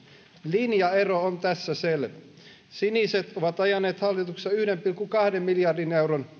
linjaero on tässä selvä siniset ovat ajaneet hallituksessa yhden pilkku kahden miljardin euron